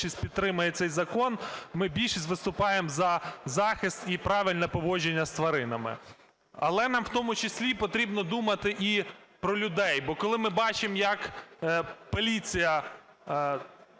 ми більшість виступаємо за захист і правильне поводження з тваринами. Але нам в тому числі потрібно думати і про людей, бо коли ми бачимо, як поліція